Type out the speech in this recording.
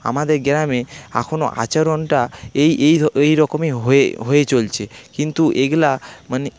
আমাদের গ্রামে এখনো আচরণটা এই এই এই রকমই হয়ে হয়ে চলছে কিন্তু এগুলা মানে